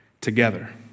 together